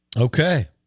Okay